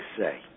say